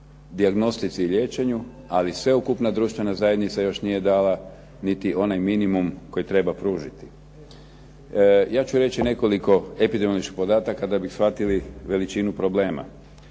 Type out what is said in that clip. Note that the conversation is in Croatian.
dijagnostici i liječenju ali sveukupna društvena zajednica nije dala niti onaj minimum koji treba pružiti. Ja ću reći nekoliko epidemioloških podataka da bi shvatili težinu problema.